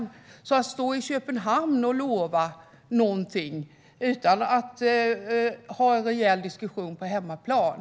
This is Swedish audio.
Det är en hederssak för oss att inte stå i Köpenhamn och lova någonting utan att ha haft en rejäl diskussion på hemmaplan.